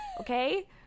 okay